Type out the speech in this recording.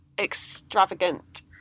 extravagant